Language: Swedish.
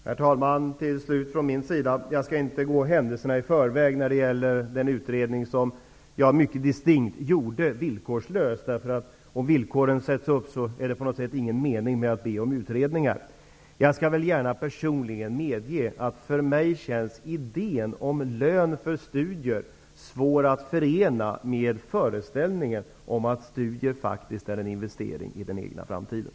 Herr talman! Jag skall inte gå händelserna i förväg när det gäller den utredning som jag mycket distinkt gjorde villkorslös. Om man sätter upp villkor är det ingen större mening med att be om en utredning. Personligen kan jag gärna medge att idéen med lön för studier känns svår att förena med föreställningen att studier faktiskt är en investering i den egna framtiden.